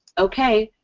okay,